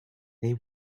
they